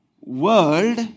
world